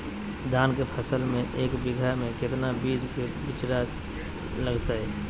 धान के फसल में एक बीघा में कितना बीज के बिचड़ा लगतय?